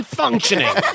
functioning